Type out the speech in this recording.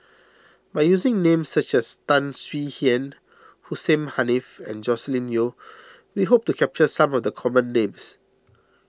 by using names such as Tan Swie Hian Hussein Haniff and Joscelin Yeo we hope to capture some of the common names